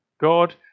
God